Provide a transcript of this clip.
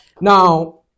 Now